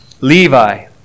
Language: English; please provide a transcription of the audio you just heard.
Levi